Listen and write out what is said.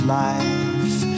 life